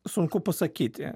sunku pasakyti